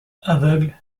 aveugle